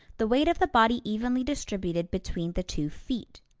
the weight of the body evenly distributed between the two feet.